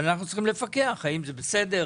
אבל אנחנו צריכים לפקח האם זה בסדר,